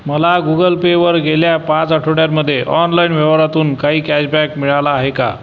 मला Google Pay वर गेल्या पाच आठवड्यांमध्ये ऑनलाइन व्यवहारातून काही कॅशबॅक मिळाला आहे का